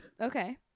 okay